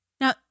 Now